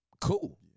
cool